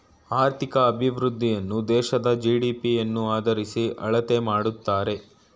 ಆರ್ಥಿಕ ಅಭಿವೃದ್ಧಿಯನ್ನು ದೇಶದ ಜಿ.ಡಿ.ಪಿ ಯನ್ನು ಆದರಿಸಿ ಅಳತೆ ಮಾಡುತ್ತಾರೆ